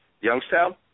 Youngstown